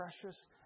precious